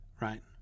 right